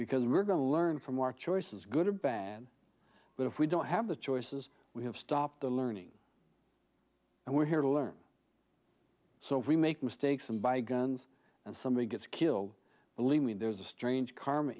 because we're going to learn from our choices good or bad but if we don't have the choices we have stopped the learning and we're here to learn so if we make mistakes and buy guns and somebody gets killed believe me there's a strange karma